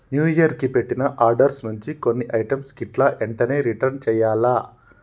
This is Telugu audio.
న్యూ ఇయర్ కి పెట్టిన ఆర్డర్స్ నుంచి కొన్ని ఐటమ్స్ గిట్లా ఎంటనే రిటర్న్ చెయ్యాల్ల